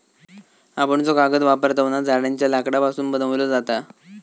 आपण जो कागद वापरतव ना, झाडांच्या लाकडापासून बनवलो जाता